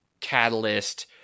catalyst